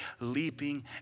leaping